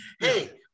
hey